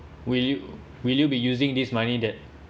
will you will you be using this money that